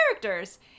characters